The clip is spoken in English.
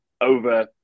over